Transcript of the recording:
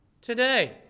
today